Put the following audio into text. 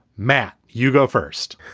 matt, you go first